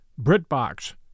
BritBox